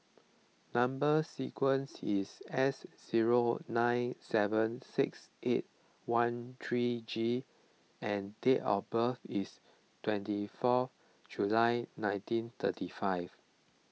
Number Sequence is S zero nine seven six eight one three G and date of birth is twenty four July nineteen thirty five